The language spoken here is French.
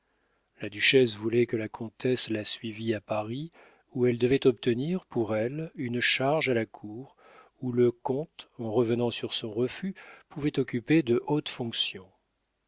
la duchesse voulait que la comtesse la suivît à paris où elle devait obtenir pour elle une charge à la cour où le comte en revenant sur son refus pouvait occuper de hautes fonctions